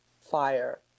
fire